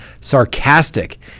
sarcastic